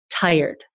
tired